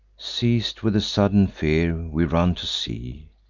seiz'd with a sudden fear, we run to sea,